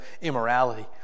immorality